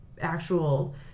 actual